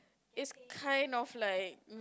it's kind of like